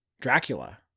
dracula